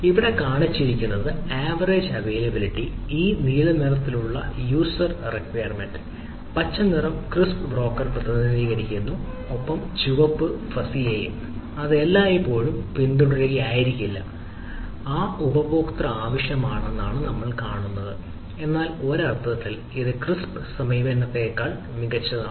ഇവിടെ കാണിച്ചിരിക്കുന്നത് average availability സമീപനത്തേക്കാൾ മികച്ചതാണ്